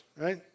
right